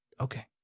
Okay